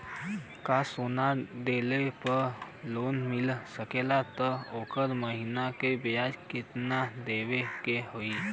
का सोना देले पे लोन मिल सकेला त ओकर महीना के ब्याज कितनादेवे के होई?